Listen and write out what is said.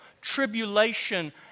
tribulation